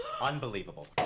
Unbelievable